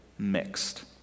Mixed